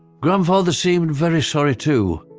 grandfather seemed very sorry too,